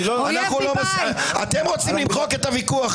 אתם רוצים למחוק את הוויכוח.